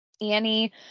Annie